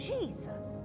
Jesus